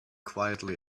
quietly